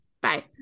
Bye